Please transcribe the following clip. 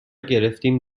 گرفتیم